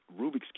Rubik's